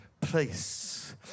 place